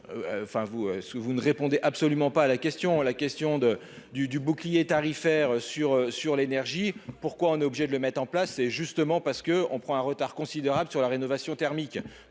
vous ne répondez absolument pas à la question, la question de du du bouclier tarifaire sur sur l'énergie, pourquoi on est obligé de le mettre en place, c'est justement parce que on prend un retard considérable sur la rénovation thermique,